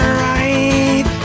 right